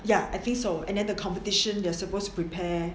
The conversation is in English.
ya I think so and then the competition they are suppose to prepare